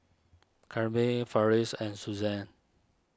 Kamryn Farris and Suzann